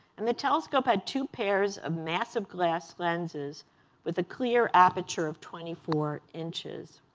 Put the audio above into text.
and the telescope had two pairs of massive glass lenses with a clear aperture of twenty four inches